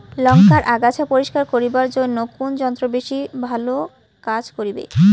লংকার আগাছা পরিস্কার করিবার জইন্যে কুন যন্ত্র বেশি ভালো কাজ করিবে?